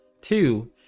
two